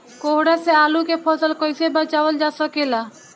कोहरा से आलू के फसल कईसे बचावल जा सकेला?